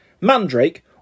Mandrake